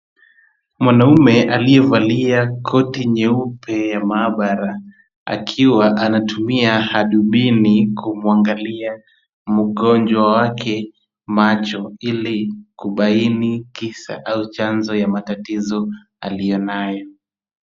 Mwanaume aliyevalia koti nyeupe ya maabara akiwa anatumia hadubini kumwangalia mgonjwa wake macho, ili kubaini kisa au chanzo ya matatizo aliyo nayo.